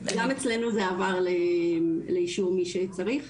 גם אצלינו זה עבר לאישור של מי שצריך.